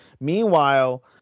meanwhile